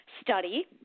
Study